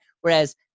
Whereas